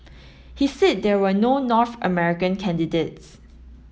he said there were no North American candidates